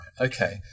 Okay